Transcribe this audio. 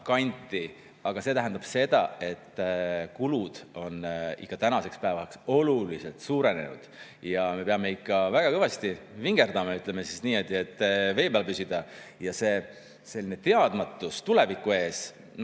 kanti. See tähendab seda, et kulud on ikka tänaseks päevaks oluliselt suurenenud ja me peame ikka väga kõvasti vingerdama, ütleme siis niimoodi, et vee peal püsida. Ja on selline teadmatus tuleviku ees, et